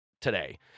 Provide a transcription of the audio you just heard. today